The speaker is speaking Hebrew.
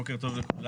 בוקר טוב לכולם.